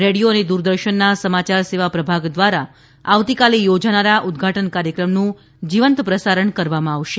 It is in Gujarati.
રેડિયો અને દૂરદર્શનના સમાચાર સેવા પ્રભાગ દ્વારા આવતીકાલે યોજાનારા ઉદ્વાટન કાર્યક્રમનું જીવંત પ્રસારણ કરવામાં આવશે